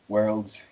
Worlds